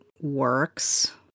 works